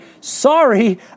sorry